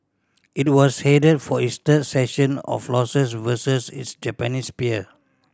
it was headed for its third session of losses versus its Japanese peer